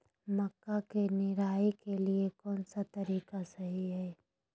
मक्का के निराई के लिए कौन सा तरीका सही है?